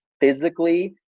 physically